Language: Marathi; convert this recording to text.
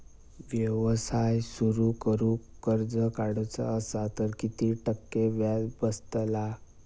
व्यवसाय सुरु करूक कर्ज काढूचा असा तर किती टक्के व्याज बसतला?